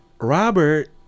Robert